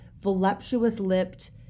voluptuous-lipped